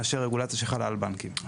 מאשר רגולציה שחלה על בנקים.